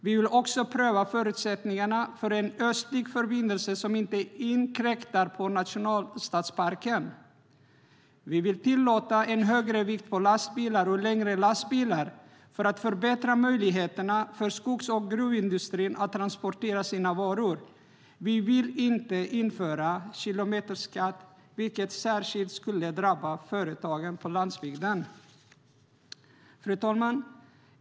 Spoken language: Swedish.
Vi vill även pröva förutsättningarna för en östlig förbindelse som inte inkräktar på nationalstadsparken. Vi vill inte införa en kilometerskatt, vilken särskilt skulle drabba företagen på landsbygden. Fru talman!